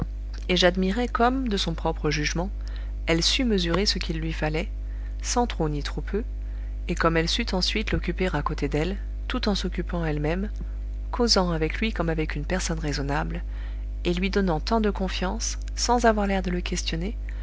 et j'admirai comme de son propre jugement elle sut mesurer ce qu'il lui fallait sans trop ni trop peu et comme elle sut ensuite l'occuper à côté d'elle tout en s'occupant elle-même causant avec lui comme avec une personne raisonnable et lui donnant tant de confiance sans avoir l'air de le questionner